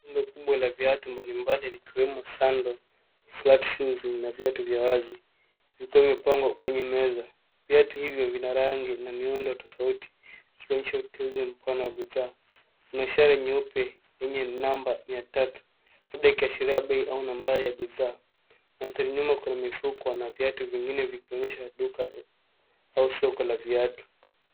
Rundo kubwa la viatu mbalimbali likiwemo sandles , flat shoes na viatu vya wazi vikiwa vimepangwa kwenye meza. Viatu hivyo vina rangi na miundo tofauti ikionyesha uteuzi mpana wa bidhaa. Kuna ishara nyeupe yenye namba mia tatu labda ikiashiria bei au nambari ya bidhaa. Mandhari nyuma kuna mifuko na vitu vingine likionyesha duka au soko la viatu.